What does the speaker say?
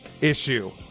issue